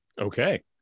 okay